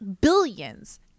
billions